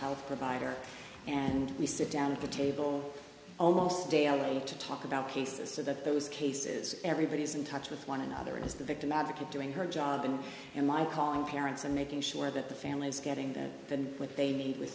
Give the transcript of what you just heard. health provider and we sit down at the table almost daily to talk about cases so that those cases everybody is in touch with one another is the victim advocate doing her job and my calling parents and making sure that the family is getting that than what they need with